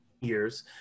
years